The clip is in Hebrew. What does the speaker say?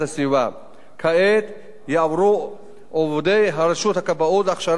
עובדי רשות הכבאות הכשרה מתאימה לטיפול באירועי חומרים מסוכנים,